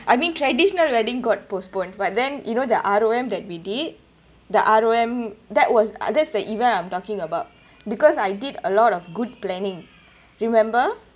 I mean traditional wedding got postponed but then you know the R_O_M that we did the R_O_M that was uh that's the event I'm talking about because I did a lot of good planning remember